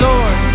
Lord